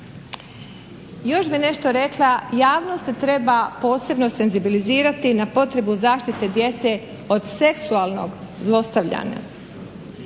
Još bih nešto rekla, javnost se treba posebno senzibilizirati na potrebu zaštite djece od seksualnog zlostavljanja.